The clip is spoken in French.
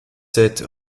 sept